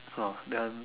oh that one